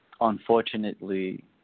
unfortunately